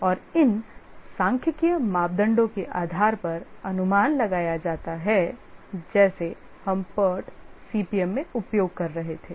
और इन सांख्यिकीय मापदंडों के आधार पर अनुमान लगाया जाता है जैसे हम PERT CPM में उपयोग कर रहे थे